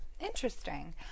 Interesting